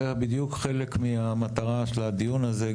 זה היה בדיוק חלק מהמטרה של הדיון הזה,